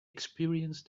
experienced